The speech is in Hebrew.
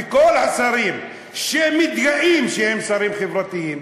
וכל השרים שמתגאים שהם שרים חברתיים,